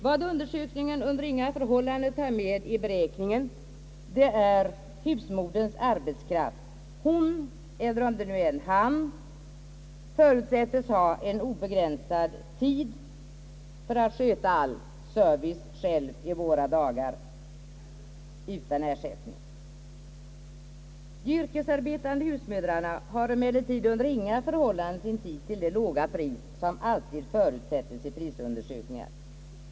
Vad undersökningen under inga förhållanden tar med i beräkningen är husmoderns arbetskraft. Hon — om det nu inte är en han — förutsättes ha en obegränsad tid för att sköta all service själv i våra dagar — utan ersättning. De yrkesarbetande husmödrarna har emellertid under inga förhållanden sin tid till det låga pris som alltid förutsättes i prisundersökningar.